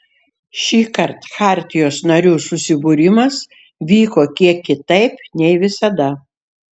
šįkart chartijos narių susibūrimas vyko kiek kitaip nei visada